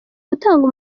gutanga